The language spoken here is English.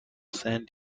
san